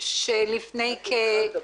לפשיעה ולאלימות,